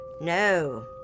No